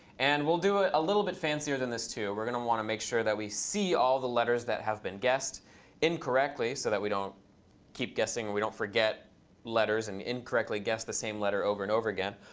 and we'll do it a little bit fancier than this too. we're going to want to make sure that we see all the letters that have been guessed incorrectly, so that we don't keep guessing and we don't forget letters and incorrectly guess the same letter over and over again.